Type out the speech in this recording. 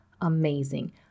amazing